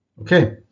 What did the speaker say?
Okay